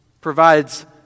provides